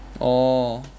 orh